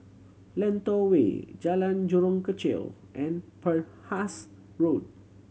Lentor Way Jalan Jurong Kechil and Penhas Road